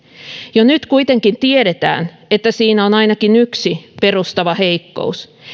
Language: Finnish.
jo nyt kuitenkin tiedetään että siinä on ainakin yksi perustava heikkous